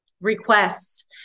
requests